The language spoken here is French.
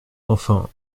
enfin